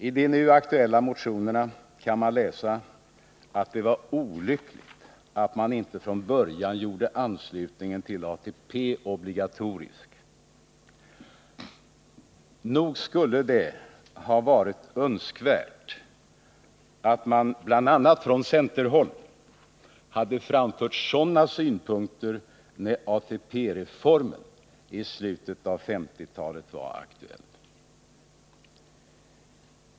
I de nu aktuella motionerna kan man läsa att det var olyckligt att man inte från början gjorde anslutningen till ATP obligatorisk. Nog skulle det ha varit önskvärt att man, bl.a. från centerhåll, hade framfört sådana synpunkter när ATP-reformen i slutet av 1950-talet var aktuell.